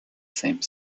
same